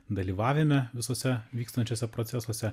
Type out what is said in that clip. dalyvavime visuose vykstančiuose procesuose